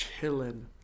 chilling